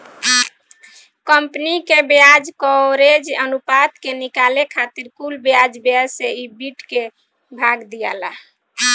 company के ब्याज coverage अनुपात के निकाले खातिर कुल ब्याज व्यय से ईबिट के भाग दियाला